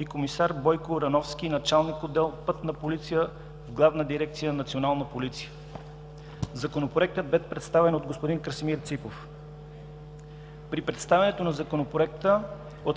и комисар Бойко Рановски – началник-отдел „Пътна полиция“ в Главна дирекция „Национална полиция“. Законопроектът бе представен от г-н Красимир Ципов. При представянето на Законопроекта